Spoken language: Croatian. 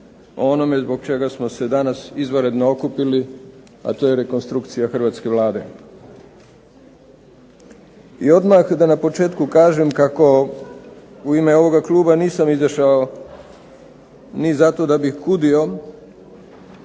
onome zbog čega smo se danas izvanredno okupili, a to je rekonstrukcija hrvatske Vlade. I odmah na početku da kažem kako u ime ovog kluba nisam izašao ni zato da bih kudio